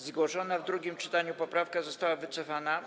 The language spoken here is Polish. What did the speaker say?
Zgłoszona w drugim czytaniu poprawka została wycofana.